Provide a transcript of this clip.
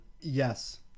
yes